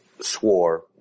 swore